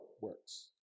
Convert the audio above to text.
works